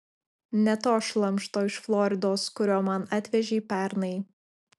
ne to šlamšto iš floridos kurio man atvežei pernai